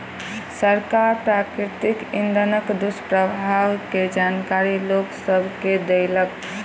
सरकार प्राकृतिक इंधनक दुष्प्रभाव के जानकारी लोक सभ के देलक